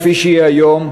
כפי שהיא היום,